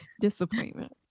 disappointment